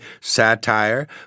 satire